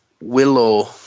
willow